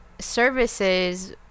services